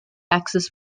axis